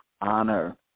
honor